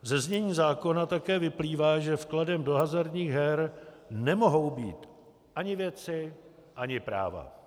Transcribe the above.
Ze znění zákona také vyplývá, že vkladem do hazardních her nemohou být ani věci ani práva.